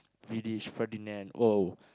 Vidic Ferdinand oh